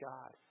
God